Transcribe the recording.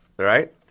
Right